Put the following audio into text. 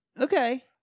Okay